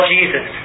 Jesus